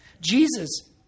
Jesus